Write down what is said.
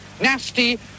Nasty